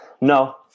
No